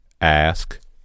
Ask